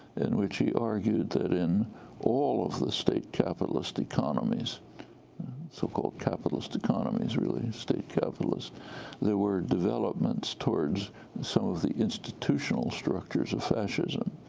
in which he argued that in all of the state capitalist economies so-called capitalist economies, really state capitalist there were developments towards some of the institutional structures of fascism.